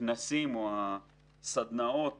או סדנאות